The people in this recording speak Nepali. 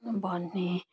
भन्ने